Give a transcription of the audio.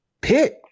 Pitt